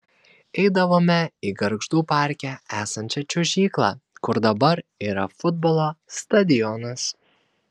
eidavome į gargždų parke esančią čiuožyklą kur dabar yra futbolo stadionas